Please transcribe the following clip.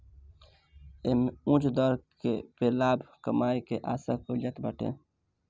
एमे उच्च दर पे लाभ कमाए के आशा कईल जात बाटे